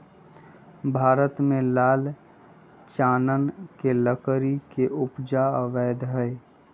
भारत में लाल चानन के लकड़ी के उपजा अवैध हइ